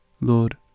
Lord